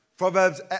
Proverbs